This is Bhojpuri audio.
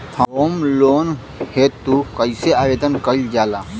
होम लोन हेतु कइसे आवेदन कइल जाला?